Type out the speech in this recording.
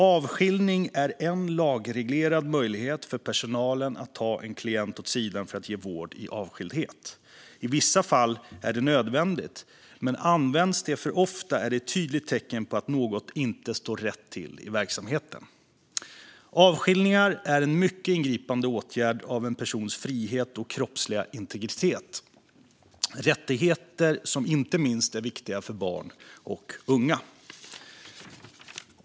Avskiljning är en lagreglerad möjlighet för personalen att ta en klient åt sidan för att ge vård i avskildhet. I vissa fall är det nödvändigt, men används det för ofta är det ett tydligt tecken på att något inte står rätt till i verksamheten. Avskiljningar är en mycket ingripande åtgärd mot en persons frihet och kroppsliga integritet - rättigheter som inte minst är viktiga för barn och unga.